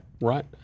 right